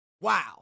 wow